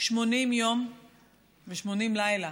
80 יום ו-80 לילה